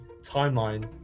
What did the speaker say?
timeline